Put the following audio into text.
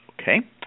Okay